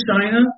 China